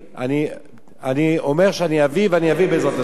אני אומר שאני אביא, ואני אביא בעזרת השם.